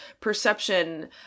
perception